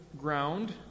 ground